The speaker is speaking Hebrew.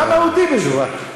מהותי מאוד.